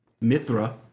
Mithra